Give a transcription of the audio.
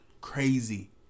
Crazy